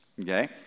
Okay